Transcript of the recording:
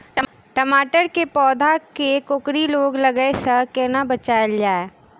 टमाटर केँ पौधा केँ कोकरी रोग लागै सऽ कोना बचाएल जाएँ?